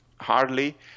Hardly